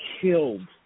killed